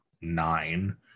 nine